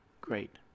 great